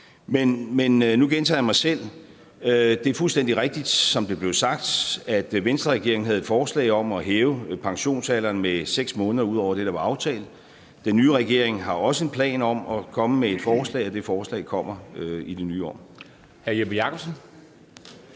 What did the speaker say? jeg gentage jeg mig selv: Det er fuldstændig rigtigt, som det blev sagt, at Venstreregeringen havde et forslag om at hæve pensionsalderen med 6 måneder ud over det, der var aftalt. Den nye regering har også en plan om at komme med et forslag, og det forslag kommer i det nye år.